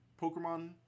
Pokemon